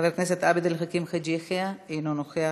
חבר הכנסת עבד אל חכים חאג' יחיא, אינו נוכח,